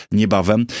niebawem